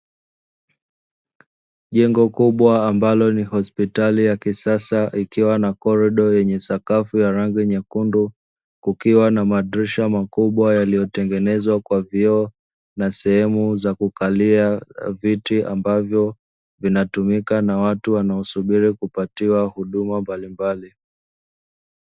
Jengo kubwa ambalo ni hospitali ya kisasa ikiwa na korido yenye sakafu ya rangi nyekundu, kukiwa na madirisha makubwa yaliyotengenezwa kwa vioo, na sehemu za kukalia viti ambavyo vinatumika na watu wanaosubiri kupatiwa huduma mbalimbali.